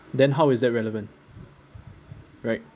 then how is that relevant right